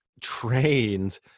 trained